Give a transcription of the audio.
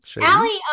Allie